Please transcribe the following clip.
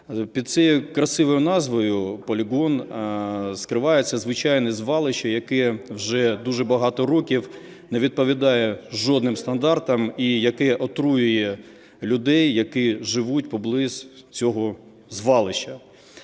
Під цією красивою назвою "полігон" скривається звичайне звалище, яке вже дуже багато років не відповідає жодним стандартам і яке отруює людей, які живуть поблизу цього звалища.